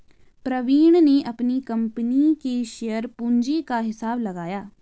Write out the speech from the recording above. प्रवीण ने अपनी कंपनी की शेयर पूंजी का हिसाब लगाया